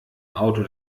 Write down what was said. auto